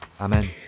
Amen